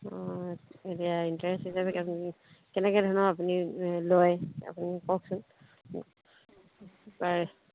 অঁ এতিয়া ইণ্টাৰেষ্ট হিচাপে আপুনি কেনেকৈ ধৰণৰ আপুনি লয় আপুনি কওকচোন প্ৰায়